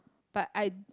but I